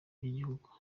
by’igihugu